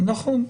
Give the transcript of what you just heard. נכון.